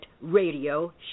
radio